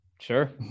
Sure